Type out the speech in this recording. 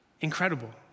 Incredible